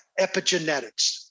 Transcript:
Epigenetics